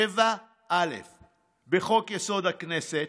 סעיף 7א בחוק-יסוד: הכנסת,